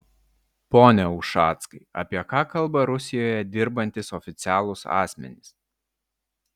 pone ušackai apie ką kalba rusijoje dirbantys oficialūs asmenys